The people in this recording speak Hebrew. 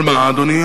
אבל מה, אדוני?